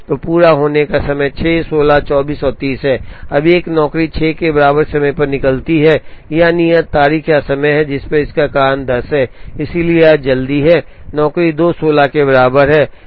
तो पूरा होने का समय 6 16 24 और 30 है अब एक नौकरी 6 के बराबर समय पर निकलती है यह नियत तारीख या समय है जिस पर इसका कारण 10 है इसलिए यह जल्दी है नौकरी 2 16 के बराबर है